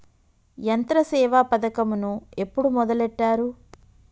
యంత్రసేవ పథకమును ఎప్పుడు మొదలెట్టారు?